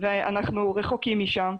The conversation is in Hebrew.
ואנחנו רחוקים משם.